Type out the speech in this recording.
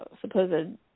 supposed